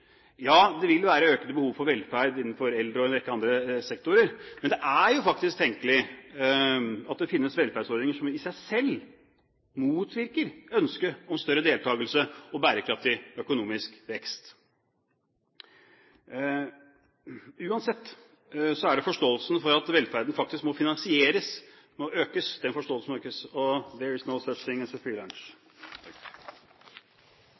Ja, det vil være et økende behov for velferd innenfor eldresektoren og en rekke andre sektorer, men det er faktisk tenkelig at det finnes velferdsordninger som i seg selv motvirker ønsket om større deltakelse og bærekraftig økonomisk vekst. Uansett må forståelsen økes for at velferden faktisk må finansieres. Og: